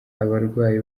abarwayi